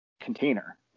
container